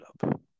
up